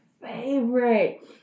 favorite